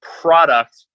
Product